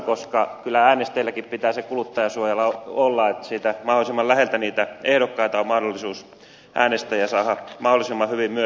kyllä äänestäjilläkin pitää se kuluttajansuoja olla että siitä mahdollisimman läheltä niitä ehdokkaita on mahdollisuus äänestää ja saada mahdollisimman hyvin myös läpi